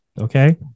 okay